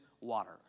water